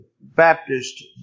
Baptist